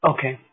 Okay